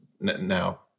now